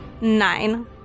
Nine